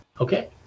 Okay